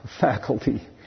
faculty